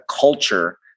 culture